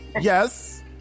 Yes